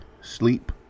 sleep